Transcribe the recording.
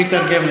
הוא יתרגם לך.